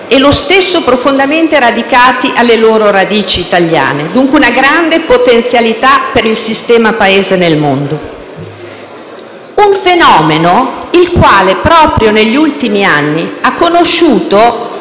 essi sono profondamente radicati alle loro radici italiane: dunque, una grande potenzialità per il sistema Paese nel mondo. Un fenomeno che, proprio negli ultimi anni, ha conosciuto